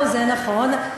זה נכון,